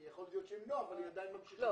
יכול למנוע אבל היא עדיין ממשיכה.